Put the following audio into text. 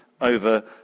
over